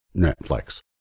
Netflix